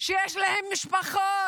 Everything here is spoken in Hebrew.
יש להם משפחות,